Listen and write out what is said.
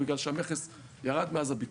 בגלל שהמכס ירד מאז הביקורת.